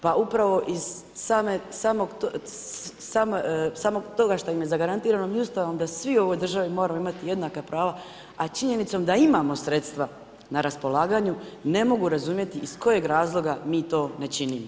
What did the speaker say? Pa upravo iz samog toga što im je zagarantirano Ustavom da svi u ovoj državi moramo imati jednaka prava, a činjenicom da imamo sredstva na raspolaganju ne mogu razumjeti iz kojeg razloga mi to ne činimo Hvala.